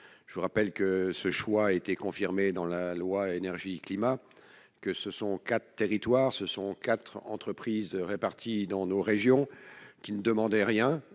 je vous rappelle que ce choix a été confirmé dans la loi énergie-climat que ce sont 4 territoires, ce sont 4 entreprises réparties dans nos régions qui ne demandait rien